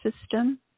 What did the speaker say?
system